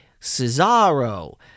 Cesaro